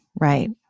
right